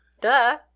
Duh